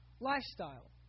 lifestyle